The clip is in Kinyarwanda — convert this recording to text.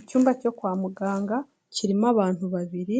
Icyumba cyo kwa muganga kirimo abantu babiri,